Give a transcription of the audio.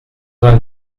vingt